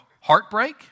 heartbreak